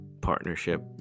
partnership